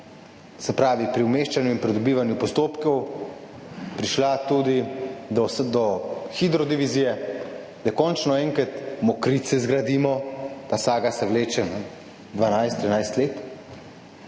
se pravi pri umeščanju in pridobivanju postopkov, prišla tudi do hidrodivizije, da končno enkrat zgradimo Mokrice, ta saga se vleče 12, 13 let,